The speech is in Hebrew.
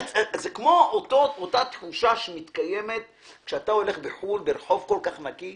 זה כמו אותה תחושה שמתקיימת כאשר אתה הולך בחו"ל ברחוב כל כך נקי